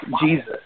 Jesus